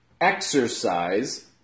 exercise